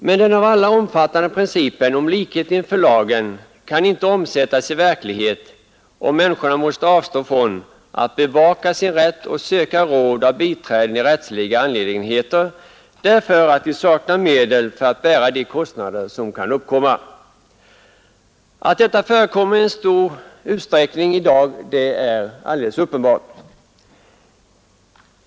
Men den av alla omfattade principen om likhet inför lagen kan inte omsättas i verklighet, om människorna måste avstå från att bevaka sin rätt och söka råd av biträden i rättsliga angelägenheter därför att de saknar medel för att bära de kostnader som kan uppkomma. Att detta i dag förekommer i stor utsträckning är alldeles uppenbart.